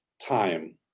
time